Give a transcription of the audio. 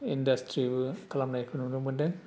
इन्डासट्रिबो खालामनायखौ नुनो मोनदों